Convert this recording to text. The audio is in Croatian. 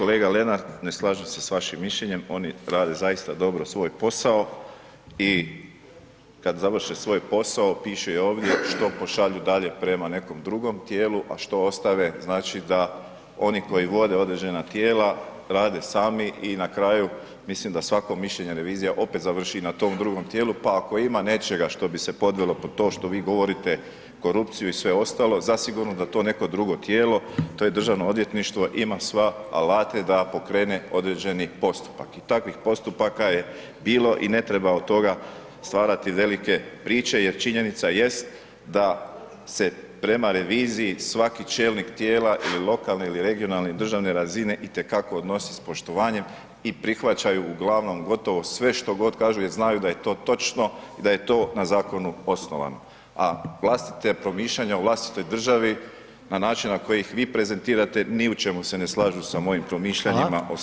Kolega Lenart, ne slažem se s vašim mišljenjem, oni rade zaista dobro svoj posao i kad završe svoj posao piše i ovdje što pošalju dalje prema nekom drugom tijelu, a što ostave, znači, da oni koji vode određena tijela rade sami i na kraju mislim da svako mišljenje revizija opet završi na tom drugom tijelu, pa ako ima nečega što bi se podvelo pod to što vi govorite korupciju i sve ostalo, zasigurno da to neko drugo tijelo, to je Državno odvjetništvo ima sva alate da pokrene određeni postupak i takvih postupaka je bilo i ne treba od toga stvarati velike priče jer činjenica jest da se prema reviziji svaki čelnik tijela ili lokalne ili regionalne i državne razine itekako odnosi s poštovanjem i prihvaćaju uglavnom gotovo sve što god kažu jer znaju da je to točno i da je to na zakonu osnovano, a vlastite promišljanja u vlastitoj državi na način na koji ih vi prezentirate, ni u čemu se ne slažu sa mojim promišljanjima [[Upadica: Hvala]] o svojoj državi.